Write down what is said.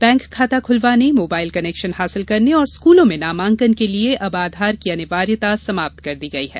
bank खाता खुलवाने mobile connection हासिल करने और स्कूलों में नामांकन के लिए अब आधार की अनिवार्यता समाप्त कर दी गई है